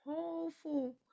Hopeful